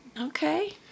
Okay